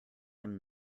him